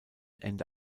ende